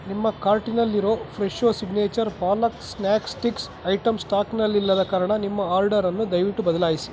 ನಿಮ್ಮ ಕಾರ್ಟಿನಲ್ಲಿರೊ Fresho signature palak snack sticks item ಸ್ಟಾಕ್ನಲ್ಲಿಲ್ಲದ ಕಾರಣ ನಿಮ್ಮ ಆರ್ಡರನ್ನು ದಯವಿಟ್ಟು ಬದಲಾಯಿಸಿ